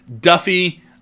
Duffy